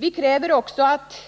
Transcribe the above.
Vi kräver också att